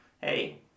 hey